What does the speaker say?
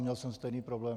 Měl jsem stejný problém.